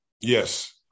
Yes